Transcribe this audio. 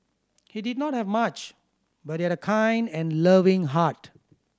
he did not have much but he had a kind and loving heart